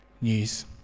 news